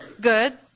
good